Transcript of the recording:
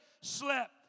slept